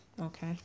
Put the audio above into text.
okay